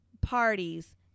parties